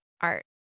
art